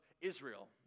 Israel